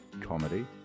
comedy